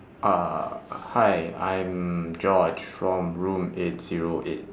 uh hi I'm george from room eight zero eight